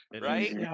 right